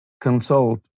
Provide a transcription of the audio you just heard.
consult